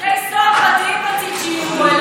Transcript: בתי סוהר פרטיים רצית שיהיו פה.